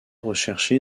recherché